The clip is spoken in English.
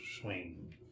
swing